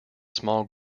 small